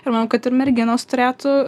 ir manau kad ir merginos turėtų